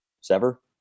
Sever